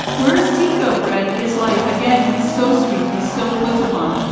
whereas teco, fred is like again, he's so sweet. he's so put upon.